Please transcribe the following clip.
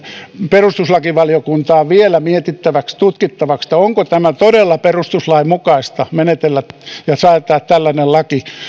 perustuslakivaliokuntaan vielä mietittäväksi tutkittavaksi onko todella perustuslain mukaista menetellä näin ja säätää tällainen laki